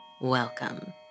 Welcome